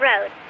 Road